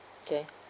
okay